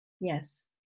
Yes